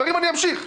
אמשיך: